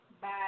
Bye